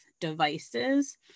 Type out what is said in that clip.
devices